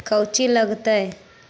कौची लगतय?